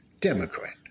Democrat